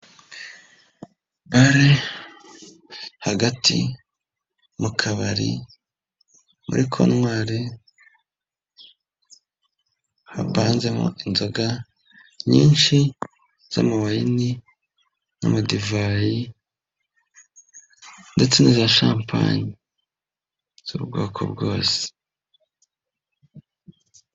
Bare hagati mu kabari muri kontwari hapanzemo inzoga nyinshi z'amawayini n'amadivayi ndetse na za shampanye z'ubwoko bwose.